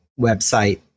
website